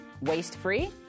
waste-free